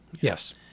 Yes